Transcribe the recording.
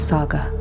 Saga